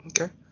Okay